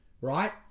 right